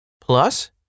Plus